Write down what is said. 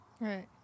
Right